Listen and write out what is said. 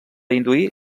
induir